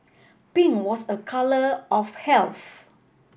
pink was a colour of health